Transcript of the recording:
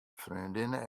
freondinne